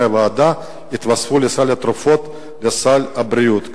הוועדה התווספו לסל התרופות ולסל הבריאות,